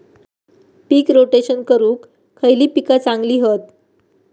पीक rotation करूक खयली पीका चांगली हत?